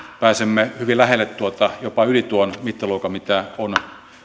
pääsemme hyvin lähelle tuota jopa yli tuon mittaluokan mitä on